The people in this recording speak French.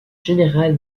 général